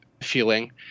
feeling